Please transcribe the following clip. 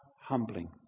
humbling